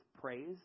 praise